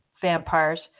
vampires